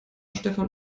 stefan